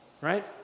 Right